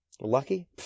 Lucky